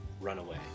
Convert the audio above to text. Runaway